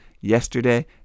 yesterday